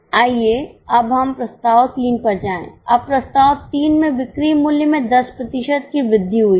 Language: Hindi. आइए अब हम प्रस्ताव 3 पर जाएं अब प्रस्ताव 3 में बिक्री मूल्य में 10 प्रतिशत की वृद्धि हुई है